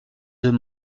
deux